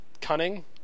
cunning